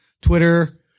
Twitter